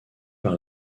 par